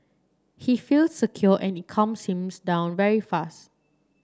he feels secure and it calms him down very fast